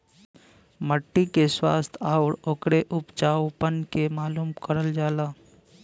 मट्टी के स्वास्थ्य आउर ओकरे उपजाऊपन के मालूम करल जाला